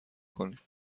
کنید